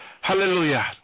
Hallelujah